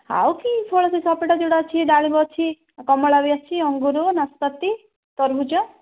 ଆଉ କି ଫଳ ସେ ସେପେଟା ଯେଉଁଟା ଅଛି ଡାଳିମ୍ବ ଅଛି କମଳା ବି ଅଛି ଅଙ୍ଗୁର ନାସପାତି ତରଭୁଜ